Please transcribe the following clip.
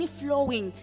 flowing